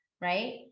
right